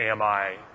AMI